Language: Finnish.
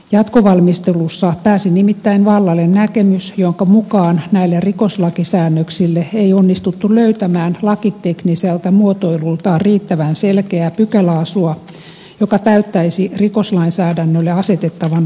jatkovalmistelussa pääsi nimittäin vallalle näkemys jonka mukaan näille rikoslakisäännöksille ei onnistuttu löytämään lakitekniseltä muotoilultaan riittävän selkeää pykäläasua joka täyttäisi rikoslainsäädännölle asetettavan laillisuusperiaatteen